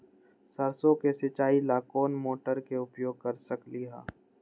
सरसों के सिचाई ला कोंन मोटर के उपयोग कर सकली ह?